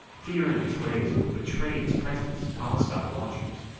fearing its rays would betray its presence to hostile watchers?